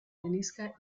arenisca